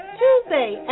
tuesday